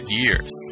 years